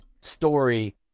story